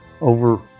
over